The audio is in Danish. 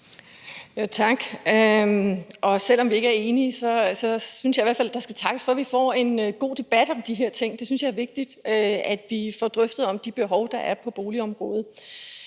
Tak. Selv om vi ikke er enige, synes jeg i hvert fald, der skal takkes for, at vi får en god debat om de her ting. Det synes jeg er vigtigt, altså at vi får drøftet de behov, der er på boligområdet.